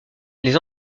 les